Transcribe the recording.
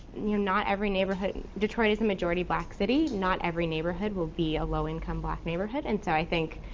you know not every neighborhood. detroit is a majority black city. not every neighborhood will be a low income black neighborhood, and so i think.